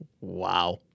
Wow